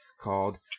called